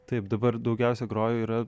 taip dabar daugiausia groju yra